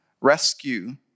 rescue